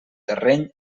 terreny